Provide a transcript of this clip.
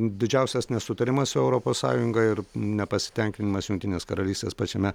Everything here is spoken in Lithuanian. didžiausias nesutarimas su europos sąjunga ir nepasitenkinimas jungtinės karalystės pačiame